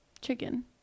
Chicken